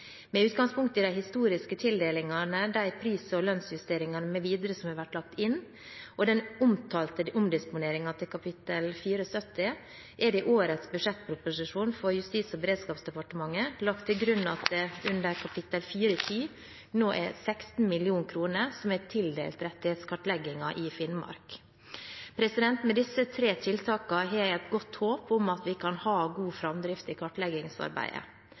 Med utgangspunkt i de historiske tildelingene, de pris- og lønnsjusteringene mv. som har vært lagt inn, og den omtalte omdisponeringen til kapittel 470, er det i årets budsjettproposisjon for justis- og beredskapsdepartementet lagt til grunn at det under kap. 410 nå er 16 mill. kr som er tildelt rettighetskartleggingen i Finnmark. Med disse tre tiltakene har jeg et godt håp om at vi kan ha god framdrift i kartleggingsarbeidet.